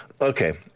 Okay